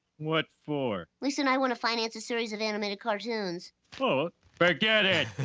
what for? lisa and i want to finance a series of animated cartoons. oh, forget it.